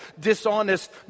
dishonest